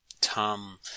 Tom